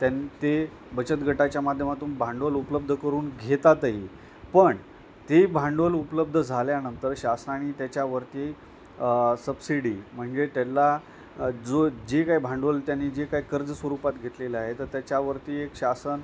त्यान् ते बचतगटांच्या माध्यमातून भांडवल उपलब्ध करून घेतातही पण ते भांडवल उपलब्ध झाल्यानंतर शासनाने त्याच्यावरती सबसिडी म्हणजे त्याला जो जे काही भांडवल त्यांनी जे काही कर्ज स्वरूपात घेतलेलं आहे तर त्याच्यावरती एक शासन